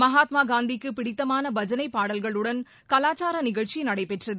மகாத்மா காந்திக்கு பிடித்தமான பஜனை பாடல்களுடன் கலாச்சார நிகழ்ச்சி நடைபெற்றது